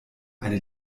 eine